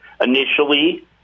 initially